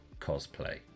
cosplay